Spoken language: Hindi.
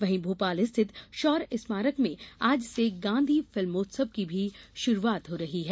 वहीं भोपाल स्थित शौर्य स्मारक में आज से गांधी फिल्मोत्सव भी शुरू हो रहा है